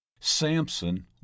Samson